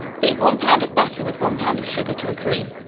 beat one pound of butter with one pound of sugar to a cream.